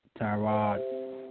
Tyrod